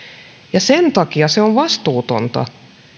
sen takia on vastuutonta